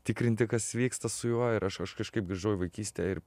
tikrinti kas vyksta su juo ir aš aš kažkaip grįžau į vaikystę ir